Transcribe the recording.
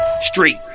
Street